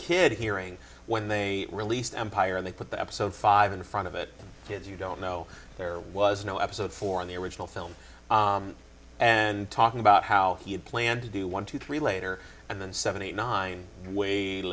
kid hearing when they released empire and they put that episode five in front of it is you don't know there was no episode four in the original film and talking about how he had planned to do one two three later and then seventy nine